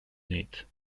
need